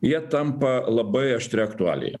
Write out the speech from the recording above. jie tampa labai aštria aktualija